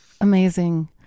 Amazing